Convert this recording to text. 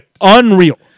Unreal